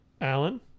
alan